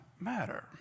matter